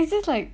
just like